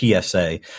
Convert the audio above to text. PSA